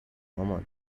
مامان